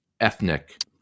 ethnic